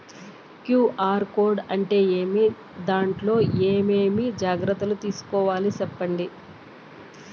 QR code అంటే ఏమి? దాంట్లో ఏ ఏమేమి జాగ్రత్తలు తీసుకోవాలో సెప్పండి?